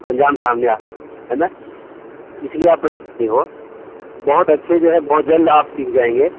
انجام سامنے آ رہے ہے نا اس لیے آپ پریشان نہیں ہو بہت اچھے جو ہے بہت جلد آپ سیکھ جائیں گے